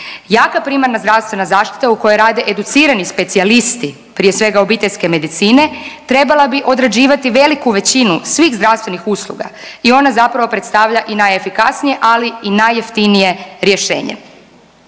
Jaka primarna zdravstvena zaštita u kojoj rade educirani specijalisti, prije svega obiteljske medicine, trebala bi odrađivati veliku većinu svih zdravstvenih usluga i ona zapravo predstavlja i najefikasije, ali i najjeftinije rješenje.